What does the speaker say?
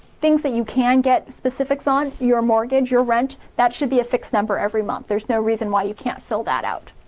things that you can get specifics on your mortgage, or rent that should be a fixed number every month there's no reason why you can't fill that out.